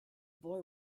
boy